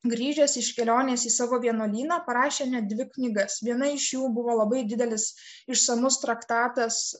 grįžęs iš kelionės į savo vienuolyną parašė net dvi knygas viena iš jų buvo labai didelis išsamus traktatas